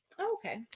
Okay